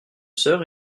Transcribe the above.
sœurs